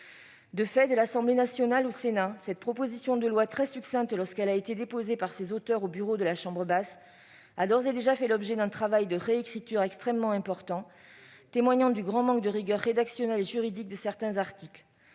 De fait, de l'Assemblée nationale au Sénat, cette proposition de loi, très succincte lorsqu'elle a été déposée par ses auteurs sur le bureau de la chambre basse, a d'ores et déjà fait l'objet d'un travail de réécriture extrêmement important, témoignant du grand manque de rigueur rédactionnelle et juridique de certains articles.